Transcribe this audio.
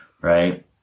right